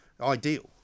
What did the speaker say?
ideal